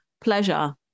pleasure